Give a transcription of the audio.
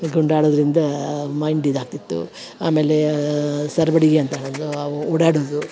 ಗುಂಡ ಆಡೋದರಿಂದ ಮೈಂಡ್ ಇದಾಗ್ತಿತ್ತು ಆಮೇಲೆ ಸರ್ಬಡಿಗೆ ಅಂತ ಹೇಳೋದು ಅವು ಓಡಾಡುದು